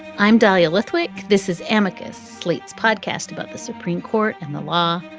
i'm dahlia lithwick. this is amicus, slate's podcast about the supreme court and the law.